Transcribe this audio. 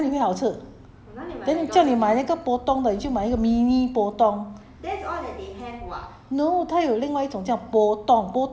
你买那个 McDonald 这样买回来都已经 melt liao 怎样吃哪里会好吃 then 叫你买那个 potong 的你去买一个 mini potong